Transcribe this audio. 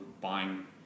buying